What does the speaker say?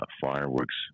fireworks